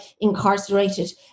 incarcerated